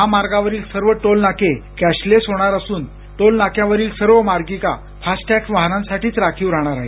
महामार्गावरील सर्व टोल नाके कॅशलेस होणार असून टोल नाक्यावरील सर्व मार्गिका फास्ट टॅग वाहनांसाठीच राखीव राहणार आहेत